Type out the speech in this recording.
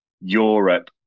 Europe